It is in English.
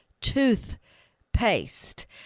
toothpaste